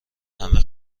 همه